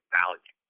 value